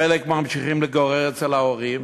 חלק ממשיכים להתגורר אצל ההורים,